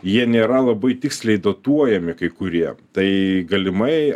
jie nėra labai tiksliai datuojami kai kurie tai galimai aš